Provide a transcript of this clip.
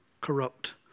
corrupt